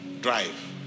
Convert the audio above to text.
drive